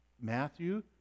Matthew